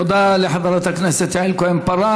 תודה לחברת הכנסת יעל כהן-פארן.